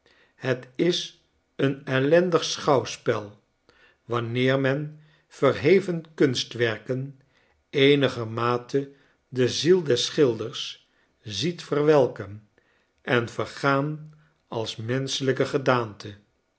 het is een ellendig schouwspel wanneer men verheven kunstwerken eenigermate de ziel der schilders ziet verwelken en vergaan als menschelijke gedaanten